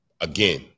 again